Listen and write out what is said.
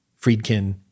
Friedkin